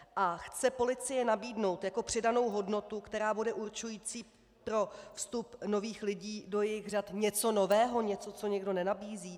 A chce policie nabídnout jako přidanou hodnotu, která bude určující pro vstup nových lidí do jejich řad, něco nového, něco, co nikdo nenabízí?